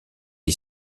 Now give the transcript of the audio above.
est